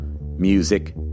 music